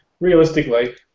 Realistically